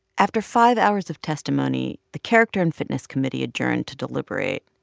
after five hours of testimony, the character and fitness committee adjourned to deliberate.